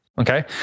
Okay